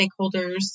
stakeholders